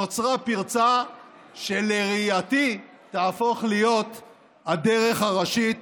נוצרה פרצה שלראייתי תהפוך להיות הדרך הראשית,